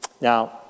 now